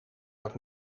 dat